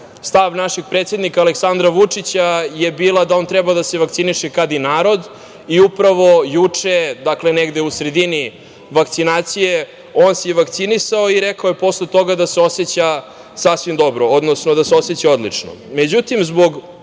našeg predsednika Aleksandra Vučića je bio da on treba da se vakciniše kad i narod i upravo juče, dakle negde u sredini vakcinacije, on se vakcinisao i rekao je posle toga da se oseća sasvim dobro, odnosno da se oseća odlično.Međutim,